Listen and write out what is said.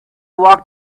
walk